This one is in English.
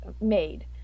made